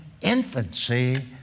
infancy